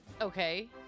Okay